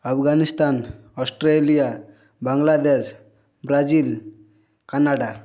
Afghanistan Australia Bangladesh Brazil Canada